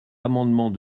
amendement